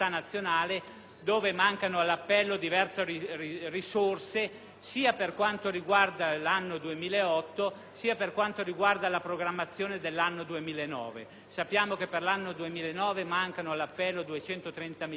dove mancano all'appello diverse risorse sia per quanto riguarda l'anno 2008, sia per quanto concerne la programmazione dell'anno 2009. Sappiamo che per l'anno 2009 mancano all'appello 230 milioni di euro